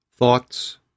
Thoughts